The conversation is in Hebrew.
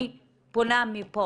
אני פונה מפה